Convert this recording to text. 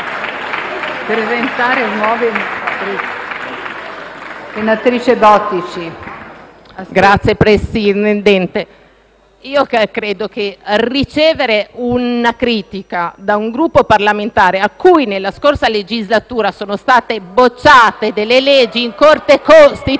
Signor Presidente, ricevere una critica da un Gruppo parlamentare a cui nella scorsa legislatura sono state bocciate delle leggi in Corte costituzionale